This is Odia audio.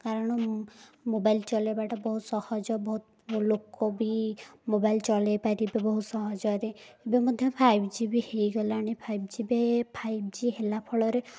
କାରଣ ମୋବାଇଲ୍ ଚଳେଇବାଟା ବହୁତ ସହଜ ବହୁତ ଲୋକ ବି ମୋବାଇଲ୍ ଚଲେଇ ପାରିବେ ବହୁତ ସହଜରେ ଏବେ ମଧ୍ୟ ଫାଇବ ଜି ବି ହୋଇଗଲାଣି ଫାଇବ ଯେବେ ଫାଇବ ଜି ହେଲା ଫଳରେ